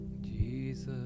Jesus